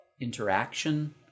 interaction